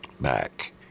back